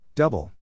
Double